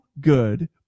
good